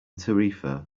tarifa